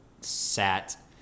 sat